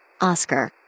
Oscar